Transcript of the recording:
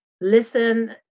listen